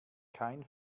kein